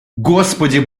господи